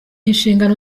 inshingano